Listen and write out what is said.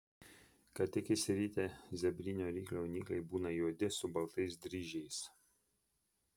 ką tik išsiritę zebrinio ryklio jaunikliai būna juodi su baltais dryžiais